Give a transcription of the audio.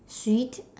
sweet